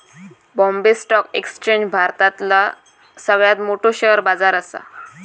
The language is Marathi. बॉम्बे स्टॉक एक्सचेंज भारतातला सगळ्यात मोठो शेअर बाजार असा